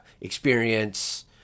experience